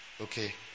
Okay